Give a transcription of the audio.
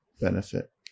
benefit